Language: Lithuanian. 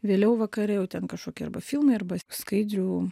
vėliau vakare jau ten kažkokie arba filmai arba skaidrių